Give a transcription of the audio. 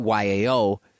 YAO